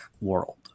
world